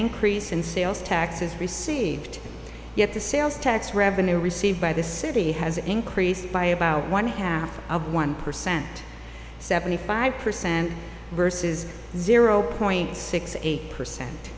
increase in sales taxes received yet the sales tax revenue received by the city has increased by about one half of one percent seventy five percent versus zero point six eight percent